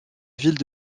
ville